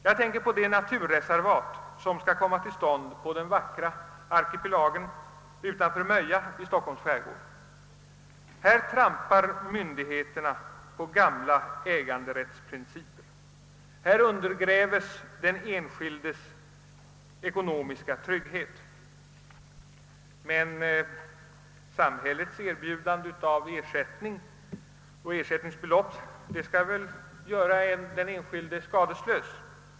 Jag tänker på det naturreservat som skall komma till stånd i den vackra arkipelagen utanför Möja i Stockholms skärgård. Här trampar myndigheterna på gamla äganderättsprinciper, här undergrävs den enskildes ekonomiska trygghet. Men samhällets erbjudande av ersättningsbelopp skall väl göra den enskilde skadeslös?